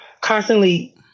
constantly